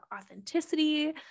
authenticity